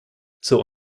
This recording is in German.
zur